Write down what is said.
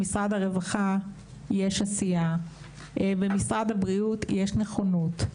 במשרד הרווחה יש עשייה, במשרד הבריאות יש נכונות.